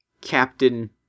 Captain